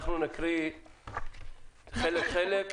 אנחנו נקריא חלק חלק,